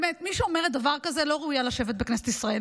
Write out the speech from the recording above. מי שאומרת דבר כזה לא ראויה לשבת בכנסת ישראל.